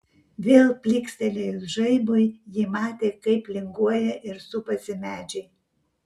vėl plykstelėjus žaibui ji matė kaip linguoja ir supasi medžiai